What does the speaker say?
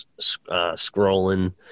scrolling